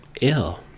ill